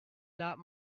not